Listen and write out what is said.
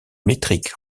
métrique